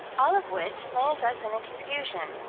all of which lands us in a confusion,